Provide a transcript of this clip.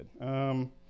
good